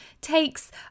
takes